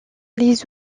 les